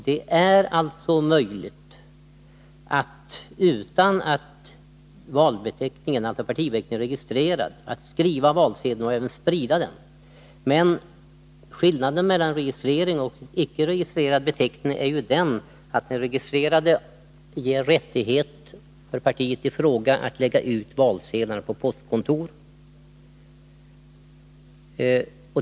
Det är alltså möjligt att, utan att valbeteckning registrerats, skriva valsedel och även sprida den. Skillnaden mellan registrerad och icke registrerad beteckning är ju att den registrerade ger rättighet för partiet i fråga att lägga ut valsedlar på postkontor.